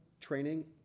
training